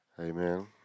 Amen